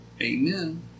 Amen